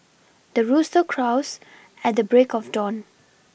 the rooster crows at the break of dawn